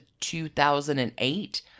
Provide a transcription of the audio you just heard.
2008